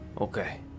okay